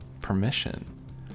permission